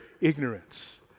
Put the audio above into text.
ignorance